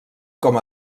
com